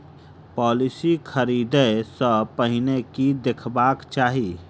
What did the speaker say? Policy खरीदै सँ पहिने की देखबाक चाहि?